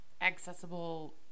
accessible